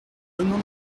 donnant